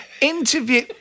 Interview